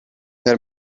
per